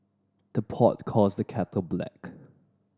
the pot calls the kettle black